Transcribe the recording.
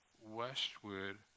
westward